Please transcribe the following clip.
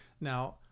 Now